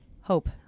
hope